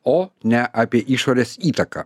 o ne apie išorės įtaką